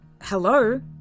hello